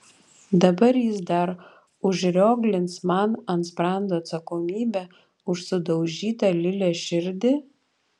dabar jis dar užrioglins man ant sprando atsakomybę už sudaužytą lilės širdį